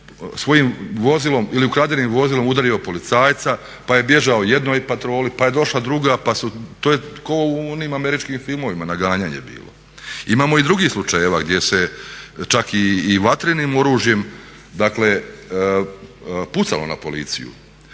svojim vozilom ili ukradenim vozilom udario policajca pa je bježao jednoj patroli pa je došla druga pa su, to je kao u onim američkim filmovima naganjanje bilo. Imamo i drugih slučajeva gdje se čak i vatrenim oružjem dakle pucalo na policiju.